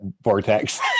vortex